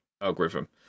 algorithm